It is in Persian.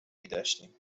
میداشتیم